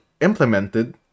implemented